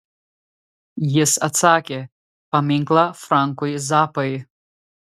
jis atsakė paminklą frankui zappai